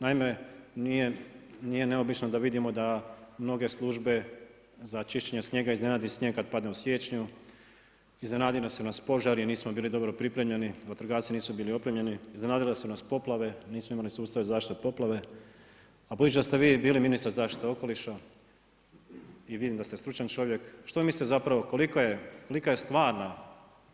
Naime, nije neobično da vidimo da mnoge službe za čišćenje snijega iznenadi snijeg kada padne u siječnju, iznenadili su nas požari, nismo bili dobro pripremljeni, vatrogasci nisu bili opremljeni, iznenadile su nas poplave, nismo imali sustav zaštite od poplave, a budući da ste vi bili ministar zaštite okoliša i vidim da ste stručan čovjek, što mislite kolika je stvarna